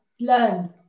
learn